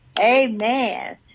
amen